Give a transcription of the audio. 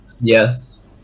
Yes